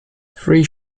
free